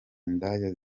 indaya